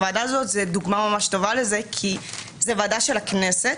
הוועדה הזאת היא דוגמה טובה לזה כי זאת ועדה של הכנסת